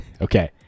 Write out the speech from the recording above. Okay